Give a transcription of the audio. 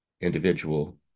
individual